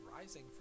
rising